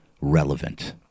relevant